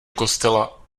kostela